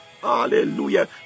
hallelujah